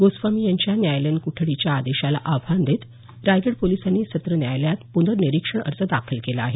गोस्वामी यांच्या न्यायालयीन कोठडीच्या आदेशाला आव्हान देत रायगड पोलिसांनी सत्र न्यायालयात पुनर्निरीक्षण अर्ज दाखल केला आहे